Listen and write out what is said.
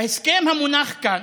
בהסכם המונח כאן,